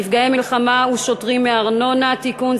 נפגעי מלחמה ושוטרים מארנונה) (תיקון,